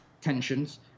tensions